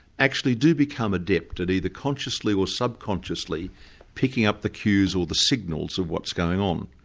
actually do become adept at either consciously or subconsciously picking up the cues or the signals of what's going on.